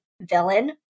villain